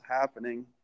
happening